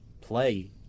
play